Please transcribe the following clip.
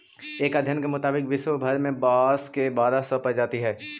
एक अध्ययन के मुताबिक विश्व भर में बाँस के बारह सौ प्रजाति हइ